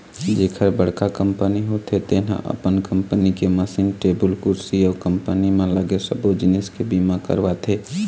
जेखर बड़का कंपनी होथे तेन ह अपन कंपनी के मसीन, टेबुल कुरसी अउ कंपनी म लगे सबो जिनिस के बीमा करवाथे